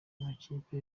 b’amakipe